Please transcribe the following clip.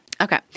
Okay